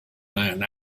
man